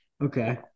Okay